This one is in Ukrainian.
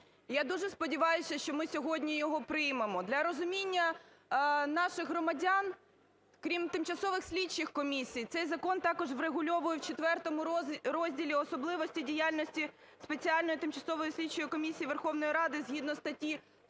Я дуже сподіваюся, що ми сьогодні його приймемо. Для розуміння наших громадян, крім тимчасових слідчих комісій, цей закон також врегульовує в ІV розділі особливості діяльності спеціальної тимчасової слідчої комісії Верховної Ради згідно статті